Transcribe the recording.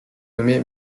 nommé